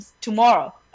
tomorrow